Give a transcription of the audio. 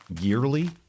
yearly